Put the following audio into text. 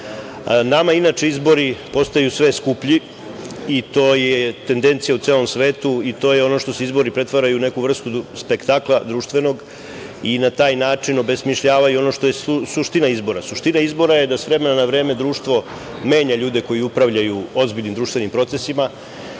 inače, izbori postaju sve skuplji i to je tendencija u celom svetu i to je ono u što se izbori pretvaraju u neku vrstu spektakla, društvenog i na taj način obesmišljavaju ono što je suština izbora. Suština izbora je da s vremena na vreme društvo menja ljude koji upravljaju ozbiljnim procesima.